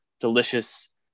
delicious